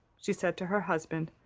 she said to her husband,